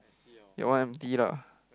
your one empty lah